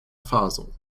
faso